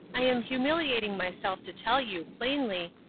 i am humiliating myself to tell you, plainly,